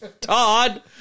Todd